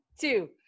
two